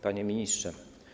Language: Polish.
Panie Ministrze!